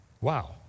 Wow